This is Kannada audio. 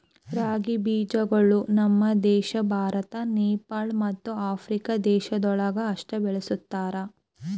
ರಾಗಿ ಬೀಜಗೊಳ್ ನಮ್ ದೇಶ ಭಾರತ, ನೇಪಾಳ ಮತ್ತ ಆಫ್ರಿಕಾ ದೇಶಗೊಳ್ದಾಗ್ ಅಷ್ಟೆ ಬೆಳುಸ್ತಾರ್